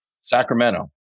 Sacramento